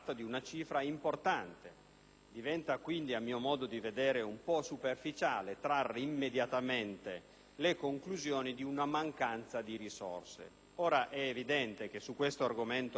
Diventa quindi, a mio modo di vedere, un po' superficiale trarre immediatamente le conclusioni di una mancanza di risorse. È evidente che in questo campo le risorse non sono mai